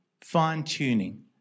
fine-tuning